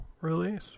Release